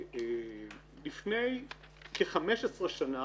לפני כ-15 שנה